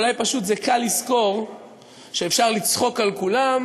אולי פשוט זה קל לזכור שאפשר לצחוק על כולם